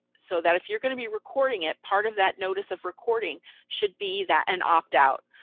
so that if you're going to be recording it, part of that notice of recording should be that an opt out,